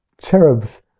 cherubs